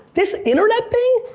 this internet thing?